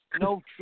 no